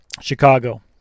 Chicago